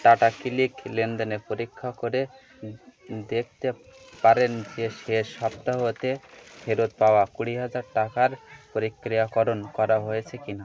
tata click লেনদেনে পরীক্ষা করে দেখতে পারেন যে শেষ সপ্তাহতে ফেরত পাওয়া কুড়ি হাজার টাকার প্রক্রিয়াকরণ করা হয়েছে কিনা